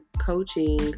coaching